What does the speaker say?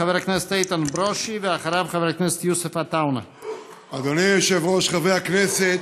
חבר הכנסת איתן ברושי, ואחריו, חבר הכנסת